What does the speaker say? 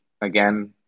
again